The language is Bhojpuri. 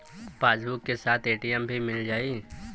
पासबुक के साथ ए.टी.एम भी मील जाई?